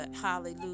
Hallelujah